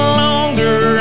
longer